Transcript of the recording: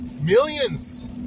millions